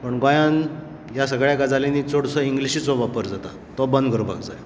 पण गोंयांत ह्या सगळ्यां गजालींनी चडसो इंग्लीशिचो वापर जाता तो बंद करपाक जाय